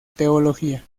teología